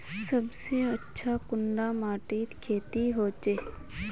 सबसे अच्छा कुंडा माटित खेती होचे?